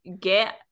get